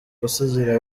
gusigira